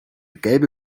gelbe